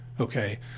Okay